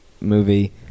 movie